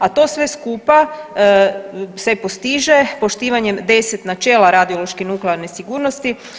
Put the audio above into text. A to sve skupa se postiže poštivanjem 10 načela radiološke nuklearne sigurnosti.